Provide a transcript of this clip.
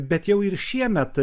bet jau ir šiemet